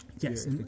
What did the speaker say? Yes